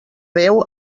veu